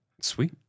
Sweet